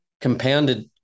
compounded